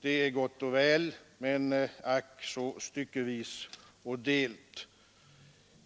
Det är gott och väl, men ack så styckevis och delt.